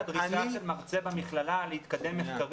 היום זו הדרישה של מרצה במכללה להתקדם מחקרית,